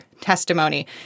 testimony